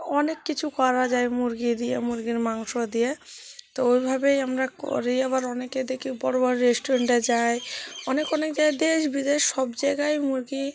অনেক কিছু করা যায় মুরগি দিয়ে মুরগির মাংস দিয়ে তো ওইভাবেই আমরা করি আবার অনেকে দেখি বড় বড় রেস্টুরেন্টে যায় অনেক অনেক জায়গায় দেশ বিদেশ সব জায়গায় মুরগি